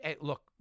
look